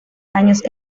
años